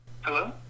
Hello